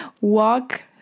walk